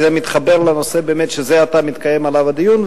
כי זה מתחבר לנושא שבאמת זה עתה התקיים עליו הדיון,